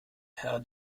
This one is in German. herr